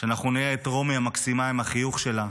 שאנחנו נראה את רומי המקסימה עם החיוך שלה